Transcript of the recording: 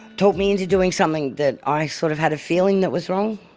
talked me into doing something that i sort of had a feeling that was wrong.